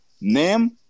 name